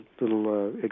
little